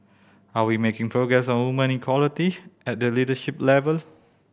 are we making progress on women equality at the leadership level